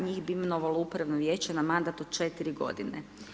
Njih bi imenovalo upravno vijeće na mandat od 4 godine.